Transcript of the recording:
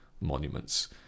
monuments